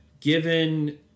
given